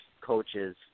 coaches